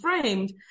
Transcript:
framed